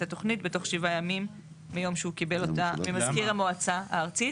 התוכנית בתוך 7 ימים מיום שהוא קיבל אותה ממזכיר המועצה הארצית.